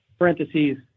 parentheses